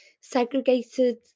segregated